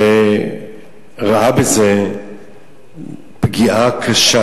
והוא ראה בזה פגיעה קשה